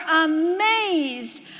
amazed